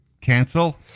Cancel